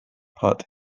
part